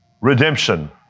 redemption